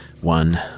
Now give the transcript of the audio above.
one